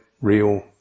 real